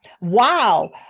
Wow